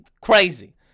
crazy